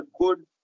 good